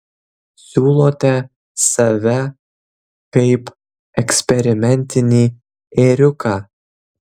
siūlote save kaip eksperimentinį ėriuką